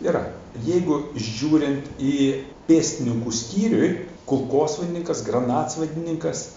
yra jeigu žiūrint į pėstininkų skyriuj kulkosvaidininkas granatsvaidininkas